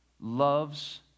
loves